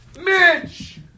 Mitch